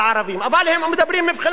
אבל הם מדברים מבחינה כלכלית,